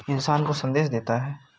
इंसान को संदेश देता है